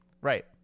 Right